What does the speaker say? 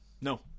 no